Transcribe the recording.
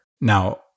Now